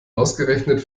ausgerechnet